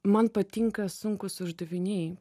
man patinka sunkūs uždaviniai